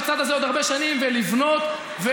בצד הזה עוד הרבה שנים ולבנות ולעשות.